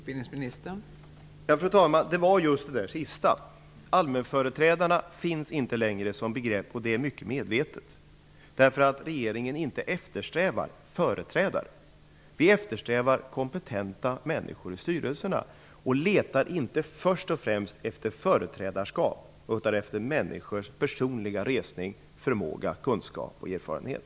Fru talman! Det sistnämnda är väsentligt. Allmänföreträdare är inte längre ett begrepp. Det är mycket medvetet. Regeringen eftersträvar nämligen inte företrädare. Vi eftersträvar kompetenta människor i styrelserna. Vi letar inte i första hand efter företrädarskap utan efter människors personliga resning, förmåga, kunskap och erfarenhet.